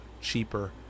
cheaper